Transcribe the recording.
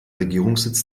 regierungssitz